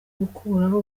gukuraho